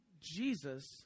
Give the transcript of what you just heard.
Jesus